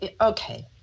okay